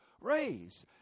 raised